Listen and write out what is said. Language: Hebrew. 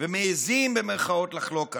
ו"מעיזים" לחלוק עליו.